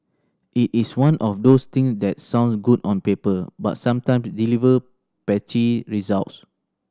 it is one of those things that sounds good on paper but sometime deliver patchy results